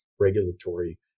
regulatory